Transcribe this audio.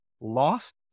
lost